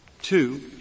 Two